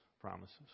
promises